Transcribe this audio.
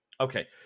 Okay